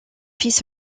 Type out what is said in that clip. fils